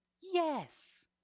Yes